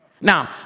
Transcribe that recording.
Now